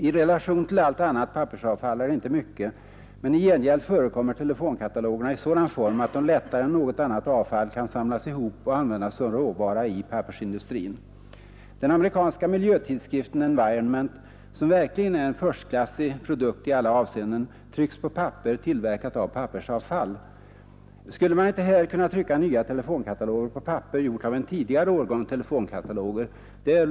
I relation till allt annat pappersavfall är det inte mycket, men i gengäld förekommer telefonkatalogerna i sådan form att de lättare än något annat avfall kan samlas ihop och användas som råvara i pappersindustrin. Den amerikanska miljötidskriften Environment, som verkligen är en förstklassig produkt i alla avseenden, trycks på papper tillverkat av pappersavfall. Skulle man inte också här kunna trycka nya telefonkataloger på papper gjort av en tidigare årgång telefonkataloger?